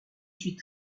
suis